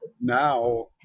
now